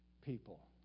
people